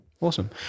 awesome